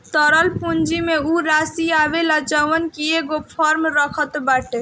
तरल पूंजी में उ राशी आवेला जवन की एगो फर्म रखत बाटे